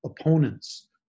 Opponents